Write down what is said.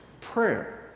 prayer